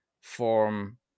form